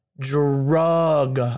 drug